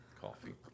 Coffee